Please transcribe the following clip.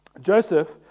Joseph